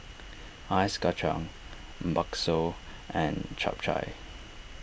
Ice Kachang Bakso and Chap Chai